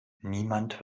niemand